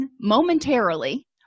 momentarily